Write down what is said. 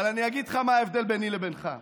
הרי אני אגיד לך מה ההבדל ביני לבינך.